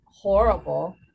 Horrible